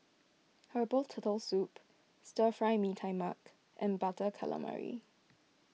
Herbal Turtle Soup Stir Fry Mee Tai Mak and Butter Calamari